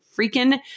freaking